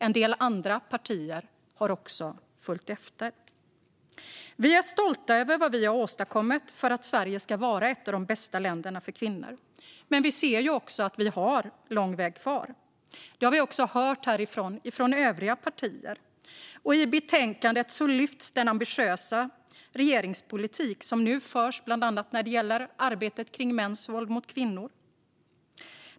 En del andra partier har följt efter. Vi är stolta över vad vi har åstadkommit för att Sverige ska vara ett av de bästa länderna för kvinnor. Men vi ser ju att vi har lång väg kvar. Det har vi också hört här från övriga partier. I betänkandet lyfts den ambitiösa regeringspolitik som nu förs fram, bland annat när det gäller arbetet kring mäns våld mot kvinnor.